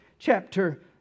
Chapter